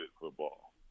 football